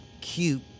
cute